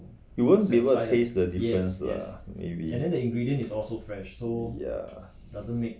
you won't be able to taste the different lah maybe ya